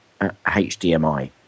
hdmi